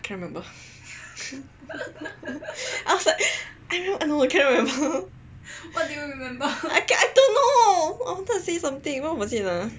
I cannot remember I was like ah no I cannot remember I don't know I wanted to say something what was it ah